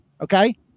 Okay